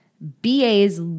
BA's